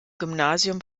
gymnasium